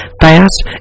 Fast